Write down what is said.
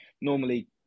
normally